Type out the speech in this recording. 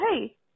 hey